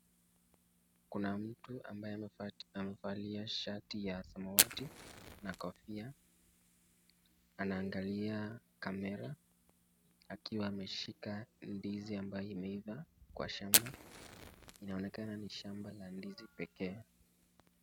Kuna mtu ambaye amevalia shati ya samawati na kofia anaangalia kamera akiwa ameshika ndizi ambayo imeiva kwa shamba. Inaonekana ni shamba la ndizi peke yake.